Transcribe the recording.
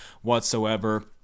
whatsoever